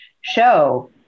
show